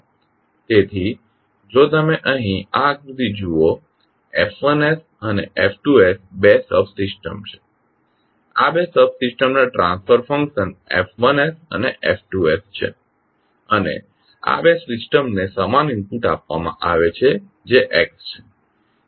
તેથી જો તમે અહીં આ આકૃતિ જુઓ F1sઅને F2s બે સબસિસ્ટમ્સ છે આ બે સબસિસ્ટમ્સના ટ્રાન્સફર ફંકશન F1sઅને F2s છે અને આ બે સિસ્ટમને સમાન ઇનપુટ આપવામાં આવે છે જે Xs છે